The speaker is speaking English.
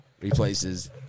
replaces